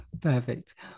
Perfect